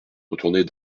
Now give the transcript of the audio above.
retourner